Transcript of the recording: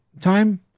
time